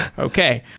okay.